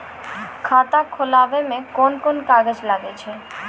खाता खोलावै मे कोन कोन कागज लागै छै?